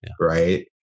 right